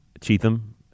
Cheatham